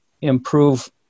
improve